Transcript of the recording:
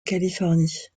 californie